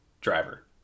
driver